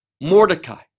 Mordecai